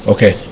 Okay